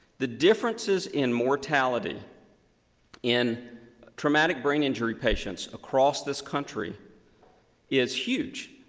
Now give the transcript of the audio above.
the differences in mortality in traumatic brain injury patients across this country is huge,